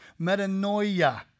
metanoia